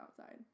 outside